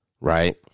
right